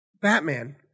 batman